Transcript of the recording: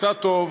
קצת טוב